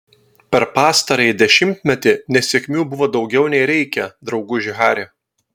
per pastarąjį dešimtmetį nesėkmių buvo daugiau nei reikia drauguži hari